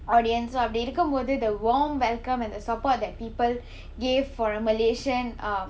audience அப்படி இருக்கும் போது:appadi irukkum pothu the warm welcome and the support that people gave for a malaysian um